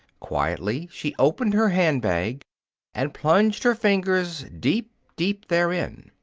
quietly she opened her hand bag and plunged her fingers deep, deep therein.